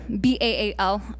B-A-A-L